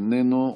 איננו.